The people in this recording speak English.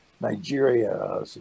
Nigeria